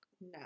No